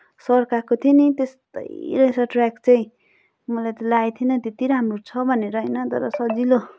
सर्काएको थियो नि त्यस्तै रहेछ ट्र्याक चाहिँ मलाई त लागेको थिएन त्यति राम्रो छ भनेर होइन तर सजिलो